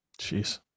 Jeez